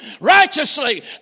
righteously